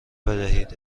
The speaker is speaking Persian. بدهید